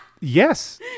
Yes